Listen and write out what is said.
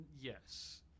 Yes